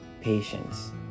patience